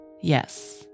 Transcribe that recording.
Yes